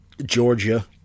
Georgia